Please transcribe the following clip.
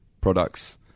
products